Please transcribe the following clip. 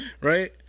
right